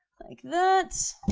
like that.